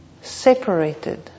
separated